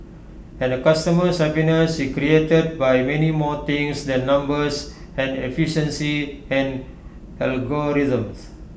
and A customer's happiness is created by many more things than numbers and efficiency and algorithms